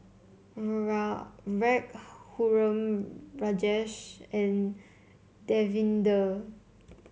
Raghuram Rajesh and Davinder